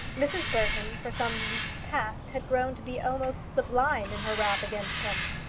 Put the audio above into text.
mrs. burton, for some weeks past, had grown to be almost sublime in her wrath against him.